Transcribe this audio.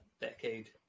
decade